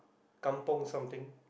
kampung something